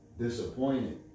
disappointed